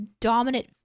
dominant